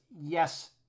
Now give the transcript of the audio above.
Yes